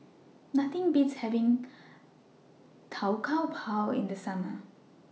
Nothing Beats having Tau Kwa Pau in The Summer